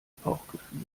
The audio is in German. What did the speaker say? bauchgefühl